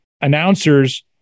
announcers